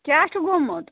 کیٛاہ چھُ گوٚمُت